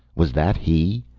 was that he?